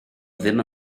ddim